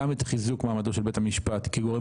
גם את חיזוק מעמדו של בית המשפט כגורם